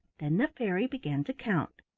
then the fairy began to count.